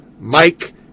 Mike